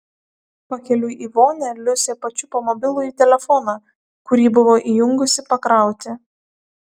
pakeliui į vonią liusė pačiupo mobilųjį telefoną kurį buvo įjungusi pakrauti